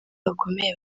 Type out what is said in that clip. bakomeye